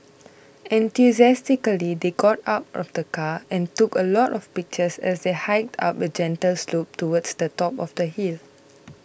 enthusiastically they got out of the car and took a lot of pictures as they hiked up a gentle slope towards the top of the hill